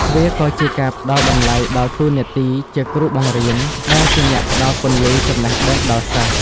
វាក៏ជាការផ្ដល់តម្លៃដល់តួនាទីជាគ្រូបង្រៀន ដែលជាអ្នកផ្ដល់ពន្លឺចំណេះដឹងដល់សិស្ស។